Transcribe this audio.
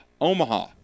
Omaha